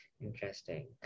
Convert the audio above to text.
interesting